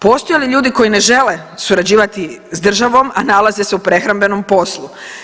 Postoje li ljudi koji ne žele surađivati s državom, a nalaze se u prehrambenom poslu?